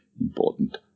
important